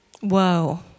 Whoa